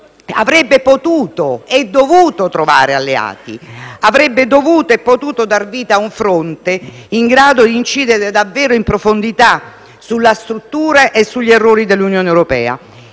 avrebbe potuto e dovuto trovare alleati. Avrebbe dovuto e potuto dar vita a un fronte in grado di incidere davvero in profondità sulla struttura e sugli errori dell'Unione europea.